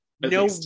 No